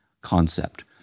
Concept